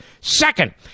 Second